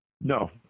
No